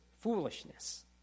foolishness